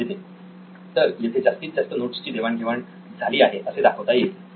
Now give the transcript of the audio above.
नितीन तर येथे जास्तीत जास्त नोट्स ची देवाणघेवाण झाली आहे असे दाखवता येईल